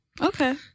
Okay